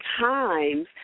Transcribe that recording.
times